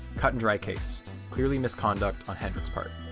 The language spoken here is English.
cut and dry case clearly misconduct on hendrik's part.